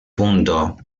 punto